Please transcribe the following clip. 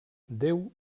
déu